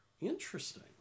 Interesting